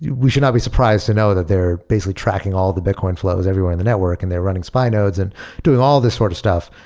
we should not be surprised to know that they're basically tracking all the bitcoin flows everywhere in the network and they're running spy nodes and doing all of these sort of stuff,